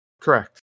Correct